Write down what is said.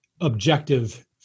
objective